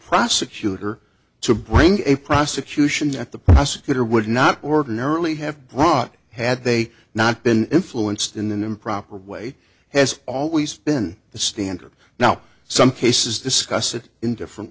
prosecutor to bring a prosecution that the prosecutor would not ordinarily have brought had they not been influenced in the improper way has always been the standard now some cases discuss it in different